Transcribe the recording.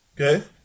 okay